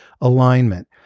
alignment